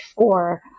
four